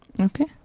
Okay